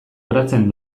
kobratzen